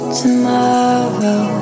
tomorrow